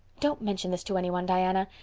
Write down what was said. don't mention this to any one, diana.